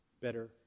better